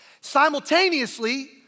Simultaneously